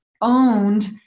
owned